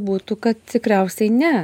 būtų kad tikriausiai ne